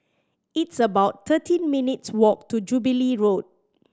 it's about thirteen minutes' walk to Jubilee Road